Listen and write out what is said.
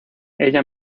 ella